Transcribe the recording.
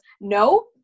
no